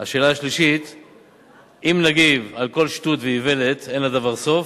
3. אם נגיב על כל שטות ואיוולת, אין לדבר סוף.